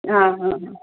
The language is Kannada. ಹಾಂ ಹಾಂ ಹಾಂ